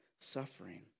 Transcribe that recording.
suffering